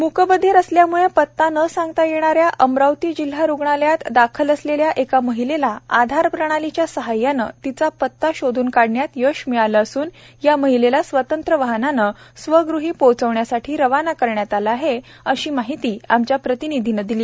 मुकबधीर असल्यामुळे पत्ता न सांगता येणा या अमरावरती जिल्हा रूग्णालयात दाखल असलेल्या एका महिलेला आधार प्रणालीच्या साहयाने तिचा पत्ता शोधून काढण्यात यश मिळाले असून या महिलेला स्वतंत्र वाहनाने स्वगुही पोहोचण्यासाठी रवाना करण्यात आले आहे अशी माहिती आमच्या प्रतिनिधीने दिली